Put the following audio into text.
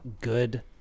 good